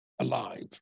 alive